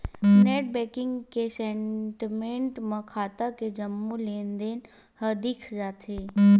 net banking के statement म खाता के जम्मो लेनदेन ह दिख जाथे